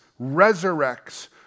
resurrects